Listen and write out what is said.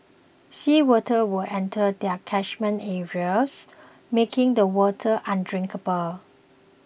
sea water would enter their catchment areas making the water undrinkable